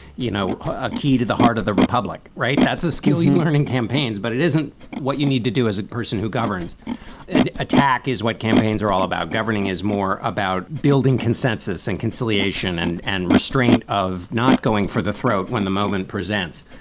you know, a key to the heart of the republic. right. that's a skill you learn in campaigns, but it isn't what you need to do as a person who governs an attack is what campaigns are all about. governing is more about building consensus and conciliation and and restraint of not going for the throat when the moment presents.